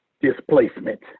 displacement